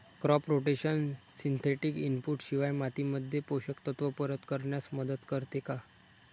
Crop rotation synthetic input शिवाय मातीमध्ये पोषक तत्त्व परत करण्यास मदत करते का?